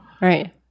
Right